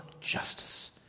justice